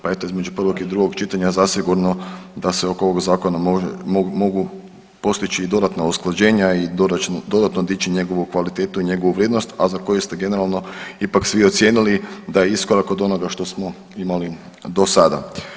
Pa eto između prvog i drugog čitanja zasigurno da se oko ovog zakona mogu postići i dodatna usklađenja i dodatno dići njegovu kvalitetu i njegovu vrijednost, a za koju ste generalno ipak svi ocijenili da je iskorak od onoga što smo imali do sada.